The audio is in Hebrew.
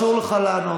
אסור לך לענות.